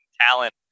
talent